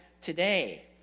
today